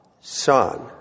Son